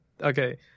okay